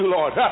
Lord